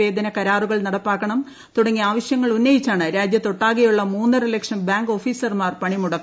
വേതന കരാറുകൾ നടപ്പാക്കണം തുടങ്ങിയ സേവന ആവശൃങ്ങൾ ഉന്നയിച്ചാണ് രാജൃത്തൊട്ടാകെയുള്ള മൂന്നരലക്ഷം ബാങ്ക് ഓഫീസർമാർ പണിമുടക്കുന്നത്